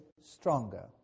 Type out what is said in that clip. stronger